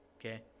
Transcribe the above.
okay